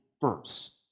first